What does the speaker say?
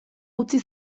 utzi